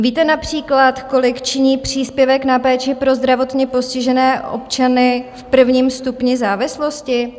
Víte například, kolik činí příspěvek na péči pro zdravotně postižené občany v prvním stupni závislosti?